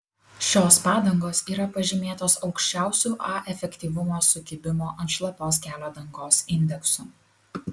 šios padangos yra pažymėtos aukščiausiu a efektyvumo sukibimo ant šlapios kelio dangos indeksu